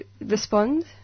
respond